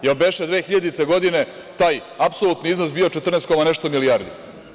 Jel beše 2000. godine taj apsolutni iznos bio 14 koma nešto milijardi?